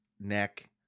neck